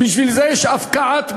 לכן יש הפקעת מחירים.